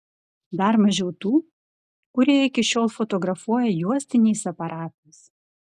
dar mažiau tų kurie iki šiol fotografuoja juostiniais aparatais